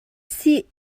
sih